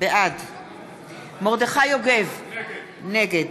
בעד מרדכי יוגב, נגד